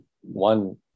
one